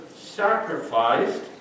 sacrificed